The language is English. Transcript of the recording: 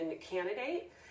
candidate